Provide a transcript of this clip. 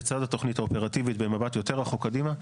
לצד התוכנית האופרטיבית במבט יותר רחוק קדימה,